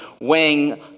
weighing